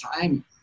time